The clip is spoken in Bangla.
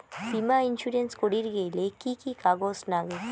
বীমা ইন্সুরেন্স করির গেইলে কি কি কাগজ নাগে?